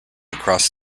across